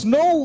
no